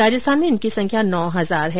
राजस्थान में इनकी संख्या नौ हजार है